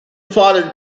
father